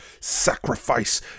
sacrifice